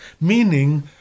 meaning